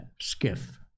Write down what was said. skiff